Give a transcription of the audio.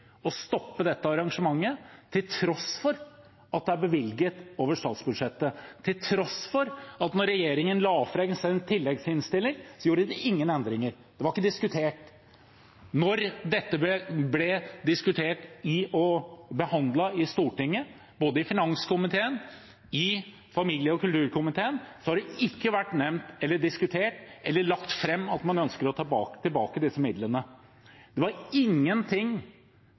stoppe dette arrangementet, til tross for at det er bevilget over statsbudsjettet, og til tross for at regjeringen ikke gjorde noen endringer da de la fram sin tilleggsproposisjon. Det var ikke diskutert. Da dette ble diskutert og behandlet i Stortinget, både i finanskomiteen og i familie- og kulturkomiteen, ble det ikke nevnt, eller diskutert, eller lagt fram at man ønsker tilbake disse midlene. Det var ingenting